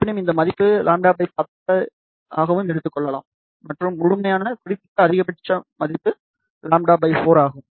இருப்பினும் இந்த மதிப்பை λ10 ஆகவும் எடுத்துக்கொள்ளளாம் மற்றும் முழுமையான குறிப்பிட்ட அதிகபட்சம் மதிப்பு λ4 ஆகும்